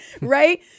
Right